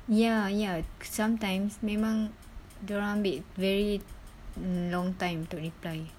ya ya sometimes memang dorang ambil very long time to reply